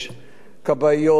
שנוספו למערך,